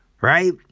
right